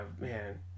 man